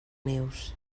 neus